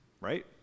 right